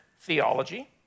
theology